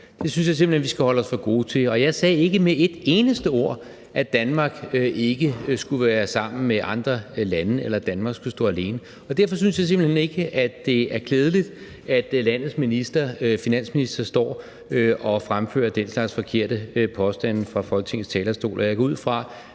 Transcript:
jeg simpelt hen vi skal holde os for gode til. Jeg sagde ikke med et eneste ord, at Danmark ikke skulle være sammen med andre lande, eller at Danmark skulle stå alene. Derfor synes jeg simpelt hen ikke, det er klædeligt, at landets finansminister står og fremfører den slags forkerte påstande fra Folketingets talerstol.